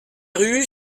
rue